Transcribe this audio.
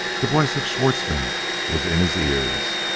the voice of schwartzmann was in his ears.